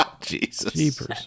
Jesus